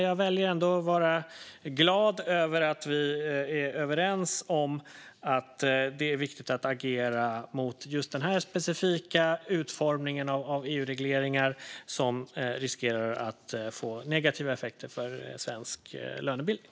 Jag väljer ändå att vara glad över att vi är överens om att det är viktigt att agera mot den specifika utformningen av EU-regleringar som riskerar att få negativa effekter för svensk lönebildning.